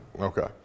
Okay